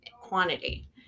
quantity